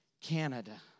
Canada